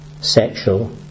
sexual